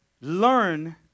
learn